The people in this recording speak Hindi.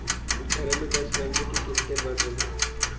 घरेलू गैस सिलेंडर की कीमतें बढ़ रही है